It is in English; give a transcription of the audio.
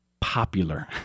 popular